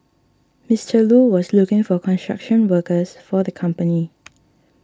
Mister Lu was looking for construction workers for the company